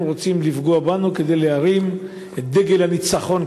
הם רוצים לפגוע בנו כדי להרים את דגל הניצחון,